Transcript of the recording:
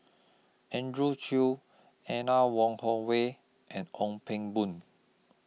Andrew Chew Anne Wong Holloway and Ong Pang Boon